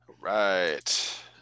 right